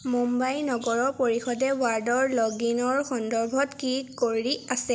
মুম্বাই নগৰৰ পৰিষদে ৱাৰ্ডৰ লগ ইনৰ সন্দৰ্ভত কি কৰি আছে